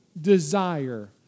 desire